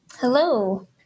Hello